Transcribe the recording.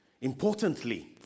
Importantly